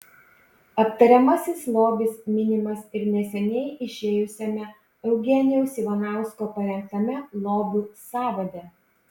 aptariamasis lobis minimas ir neseniai išėjusiame eugenijaus ivanausko parengtame lobių sąvade